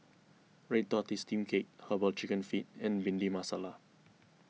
Red Tortoise Steamed Cake Herbal Chicken Feet and Bhindi Masala